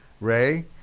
Ray